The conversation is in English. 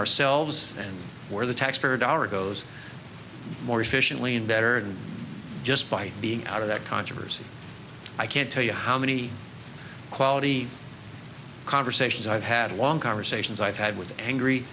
ourselves and where the taxpayer dollar goes more efficiently and better and just by being out of that controversy i can't tell you how many quality conversations i've had long conversations i've had with angry